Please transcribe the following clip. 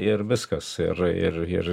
ir viskas ir ir ir